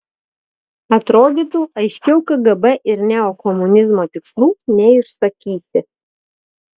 atrodytų aiškiau kgb ir neokomunizmo tikslų neišsakysi